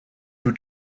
two